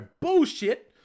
bullshit